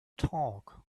talk